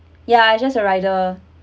ya it's just a rider